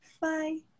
Bye